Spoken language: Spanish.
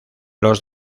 los